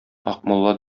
акмулла